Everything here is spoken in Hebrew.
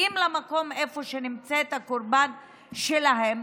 מגיעים למקום שבו נמצאת הקורבן שלהם,